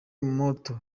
moto